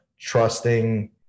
trusting